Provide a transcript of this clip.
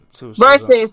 Versus